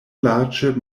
larĝe